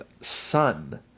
son